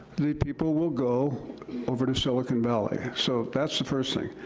the people will go over to silicon valley. so that's the first thing.